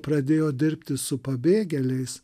pradėjo dirbti su pabėgėliais